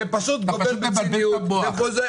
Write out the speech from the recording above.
אתה פשוט מבלבל את המוח.